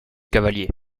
cavalier